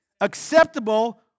Acceptable